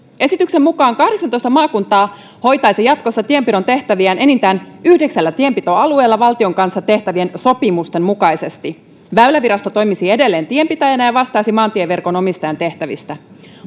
esityksen mukaan kahdeksantoista maakuntaa hoitaisi jatkossa tienpidon tehtäviään enintään yhdeksällä tienpitoalueella valtion kanssa tehtävien sopimusten mukaisesti väylävirasto toimisi edelleen tienpitäjänä ja vastaisi maantieverkon omistajan tehtävistä